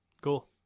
Cool